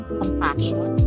compassion